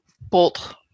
bolt